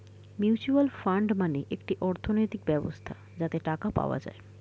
mutual fund মানে একটি অর্থনৈতিক ব্যবস্থা যাতে টাকা পাওয়া যায়